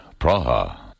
Praha